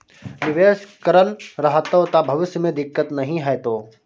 निवेश करल रहतौ त भविष्य मे दिक्कत नहि हेतौ